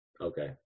Okay